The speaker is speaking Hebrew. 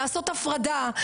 לעשות הפרדה,